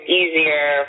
easier